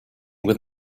with